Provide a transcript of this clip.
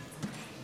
תודה רבה.